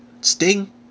Sting